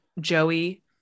Joey